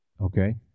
Okay